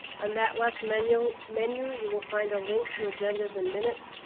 on that left menu menu you will find a link to agendas and minutes.